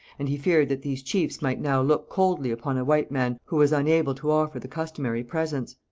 and he feared that these chiefs might now look coldly upon a white man who was unable to offer the customary presents.